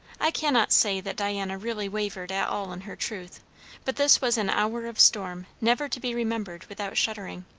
i cannot say that diana really wavered at all in her truth but this was an hour of storm never to be remembered without shuddering.